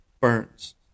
Burns